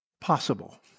possible